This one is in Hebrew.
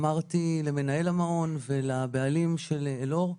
אמרתי למנהל המעון ולבעלים של "אלאור"